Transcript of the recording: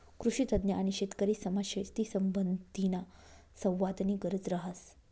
कृषीतज्ञ आणि शेतकरीसमा शेतीसंबंधीना संवादनी गरज रहास